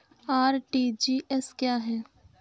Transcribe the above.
RTGS क्या है?